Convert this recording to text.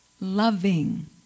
loving